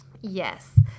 Yes